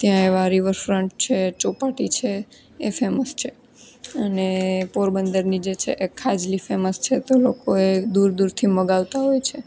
ત્યાં એવા રિવરફ્રન્ટ છે ચોપાટી છે એ ફેમસ છે અને પોરબંદરની જે છે એ ખાજલી ફેમસ છે તો લોકોએ દૂર દૂરથી મંગાવતા હોય છે